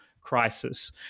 crisis